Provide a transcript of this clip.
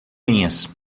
linhas